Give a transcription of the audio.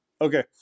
Okay